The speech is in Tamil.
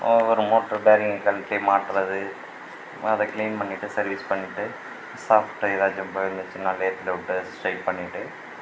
ஒரு மோட்ரு பேரிங் கழட்டி மாட்டுவது அதை க்ளீன் பண்ணிவிட்டு சர்வீஸ் பண்ணிட்டு ஷாஃப்ட் ஏதாச்சும் போயிருந்துச்சுன்னால் லேத்தில் விட்டு ஸ்ட்ரெயிட் பண்ணிவிட்டு